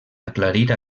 aclarir